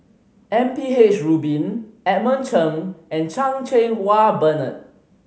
M P H Rubin Edmund Cheng and Chan Cheng Wah Bernard